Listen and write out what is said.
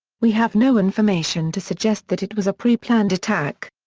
we have no information to suggest that it was a preplanned attack.